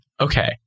Okay